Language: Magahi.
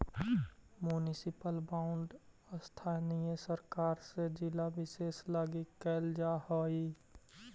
मुनिसिपल बॉन्ड स्थानीय सरकार से जिला विशेष लगी कैल जा हइ